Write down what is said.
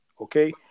Okay